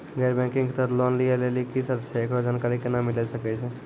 गैर बैंकिंग के तहत लोन लए लेली की सर्त छै, एकरो जानकारी केना मिले सकय छै?